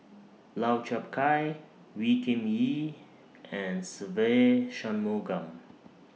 Lau Chiap Khai Wee Kim Wee and Se Ve Shanmugam